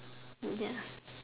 ya